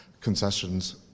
concessions